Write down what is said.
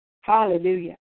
hallelujah